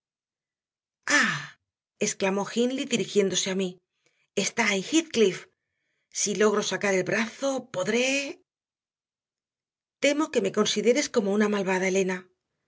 ah exclamó hindley dirigiéndose hacia mí está ahí heathcliff si logro sacar el brazo podré temo que me consideres como una malvada elena